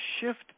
shift